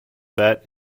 bet